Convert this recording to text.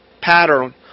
pattern